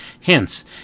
Hence